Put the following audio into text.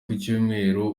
kucyumweru